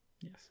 yes